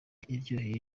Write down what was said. iryoheye